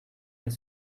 his